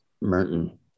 Merton